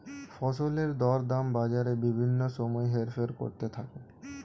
ফসলের দরদাম বাজারে বিভিন্ন সময় হেরফের করতে থাকে